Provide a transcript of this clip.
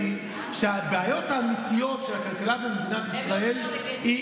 שהבעיות האמיתיות של הכלכלה במדינת ישראל,